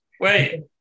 Wait